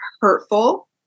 hurtful